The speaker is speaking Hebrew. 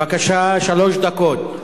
בבקשה, שלוש דקות.